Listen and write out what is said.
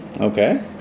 Okay